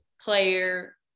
player